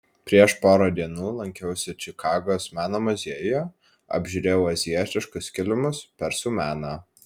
prieš porą dienų lankiausi čikagos meno muziejuje apžiūrėjau azijietiškus kilimus persų meną